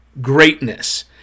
greatness